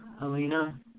Alina